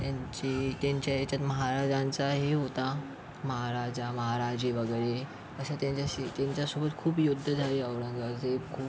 त्यांचे त्यांच्या याच्यात महाराजांचा हे होता महाराजा महाराजे वगैरे अशा त्यांच्याशी त्यांच्यासोबत खूप युद्ध झाले औरंगझेब खूप